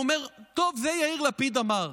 הוא אומר: טוב, את זה יאיר לפיד אמר,